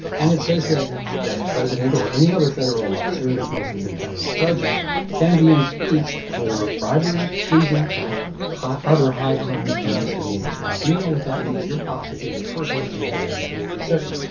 and it says that the president or any other federal officer and it's mostly been federal judges can be impeached for bribery, treason or other high crimes and misdemeanors. now, if you know what that means, you're possibly the first person to be absolutely certain.